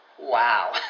wow